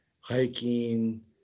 hiking